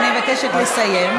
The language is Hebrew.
אני מבקשת לסיים.